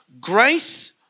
grace